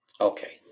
Okay